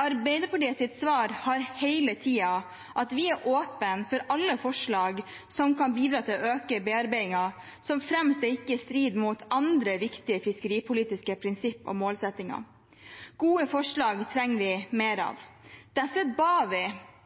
Arbeiderpartiets svar har hele tiden vært at vi er åpne for alle forslag som kan bidra til å øke bearbeidingen, så fremt det ikke strider mot andre viktige fiskeripolitiske prinsipper og målsettinger. Gode forslag trenger vi mer av. Derfor ba vi